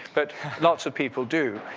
but lots of people do.